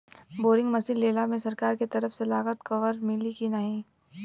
Boring machine लेला मे सरकार के तरफ से लागत कवर मिली की नाही?